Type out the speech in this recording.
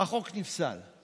החוק נפסל.